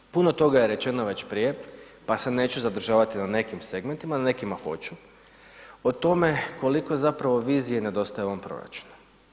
E sad, puno toga je rečeno već prije pa se neću zadržavati na nekim segmentima, na nekima hoću o tome koliko zapravo vizije nedostaje u ovom proračunu.